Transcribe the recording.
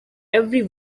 every